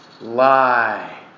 Lie